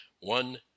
one